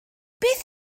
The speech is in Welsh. beth